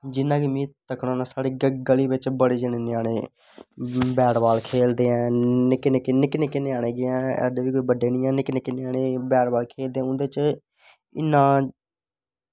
जि'यां कि में तक्कना होन्ना साढ़ी गली बिच बड़े ञ्यानें बैट बॉल खेढदे आं निक्के निक्के ञ्यानें एड्डे बी बड्डे निं ऐं निक्के निक्के ञ्यानें इन्ना